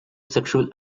sexual